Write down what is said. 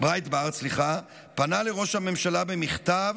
פנה לראש הממשלה במכתב,